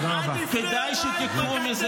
עד לפני יומיים דיברת אחרת, היית בצד השני,